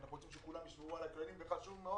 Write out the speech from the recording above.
אנחנו רוצים שכולם ישמרו על הכללים וחשוב מאוד